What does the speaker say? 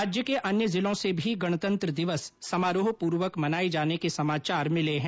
राज्य के अन्य जिलों से भी गणतंत्र दिवस समारोह पूर्वक मनाए जाने के समाचार मिले हैं